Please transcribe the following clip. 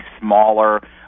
smaller